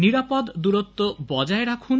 নিরাপদ দূরত্ব বজায় রাখুন